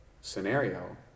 scenario